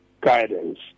guidance